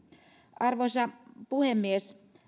arvoisa puhemies